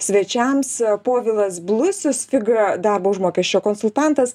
svečiams povilas blusius figa darbo užmokesčio konsultantas